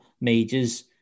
majors